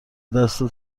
دست